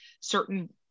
certain